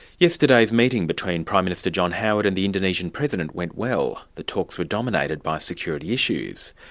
yesterday's meeting between prime minister john howard and the indonesian president went well. the talks were dominated by security issues.